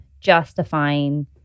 justifying